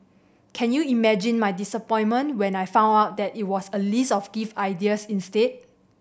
can you imagine my disappointment when I found out that it was a list of gift ideas instead